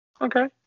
Okay